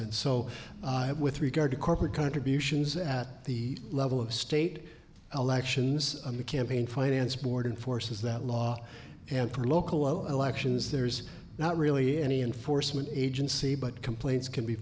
and so with regard to corporate contributions at the level of state elections the campaign finance board forces that law and for local elections there's not really any enforcement agency but complaints can be